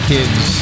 Kids